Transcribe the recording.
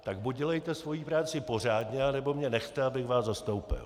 Tak buď dělejte svoji práci pořádně, anebo mě nechte, abych vás zastoupil.